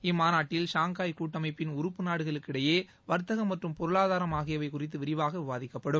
இம்மாநாட்டில் ஷாங்காய் கூட்டமைப்பின் உறுப்பு நாடுகளுக்கிடையே வர்த்தகம் மற்றும் பொருளாதாரம் ஆகியவை குறித்து விரிவாக விவாதிக்கப்படும்